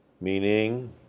Meaning